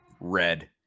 red